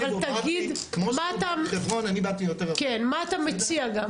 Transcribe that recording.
אבל תגיד מה אתה מציע גם.